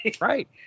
Right